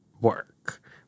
work